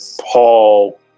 Paul